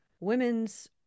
women's